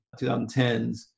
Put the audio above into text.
2010s